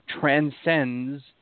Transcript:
transcends